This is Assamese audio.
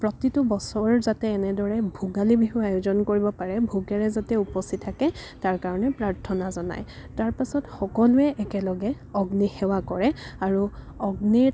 প্ৰতিটো বছৰ যাতে এনেদৰে ভোগালী বিহুৰ আয়োজন কৰিব পাৰে ভোগেৰে যাতে উপচি থাকে তাৰ কাৰণে প্ৰাৰ্থনা জনায় তাৰ পাছত সকলোৱে একেলগে অগ্নি সেৱা কৰে আৰু অগ্নিত